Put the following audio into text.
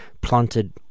planted